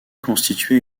constituer